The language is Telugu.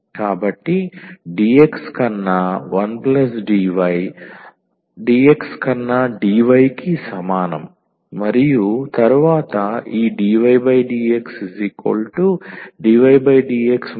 కాబట్టి dx కన్నా 1 dy dx కన్నా dy కి సమానం మరియు తరువాత ఈ dydxdvdx 1